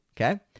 okay